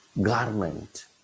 garment